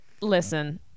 Listen